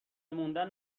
موندن